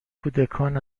کودکان